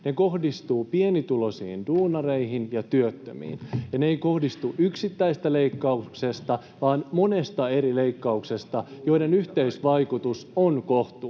Se kohdistuu pienituloisiin duunareihin ja työttömiin, ja se ei koostu yksittäisestä leikkauksesta vaan monesta eri leikkauksesta, joiden yhteisvaikutus on kohtuuton.